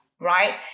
right